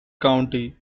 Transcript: county